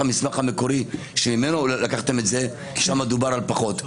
שם דובר על פחות.